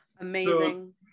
amazing